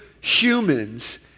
humans